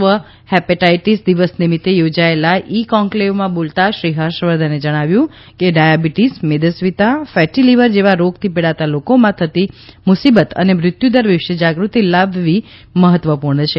વિશ્વ હેપેટાઇટિસ દિવસ નિમિત્તે યોજાએલા ઇ કોન્કલેવમાં બોલતા શ્રી હર્ષ વર્ધને જણાવ્યું ડાયાબિટીઝ મેદસ્વીતા ફેટી લીવર જેવા રોગથી પીડાતા લોકોમાં થતી મુસીબત અને મૃત્યુદર વિશે જાગૃતિ લાવવી મહત્વપૂર્ણ છે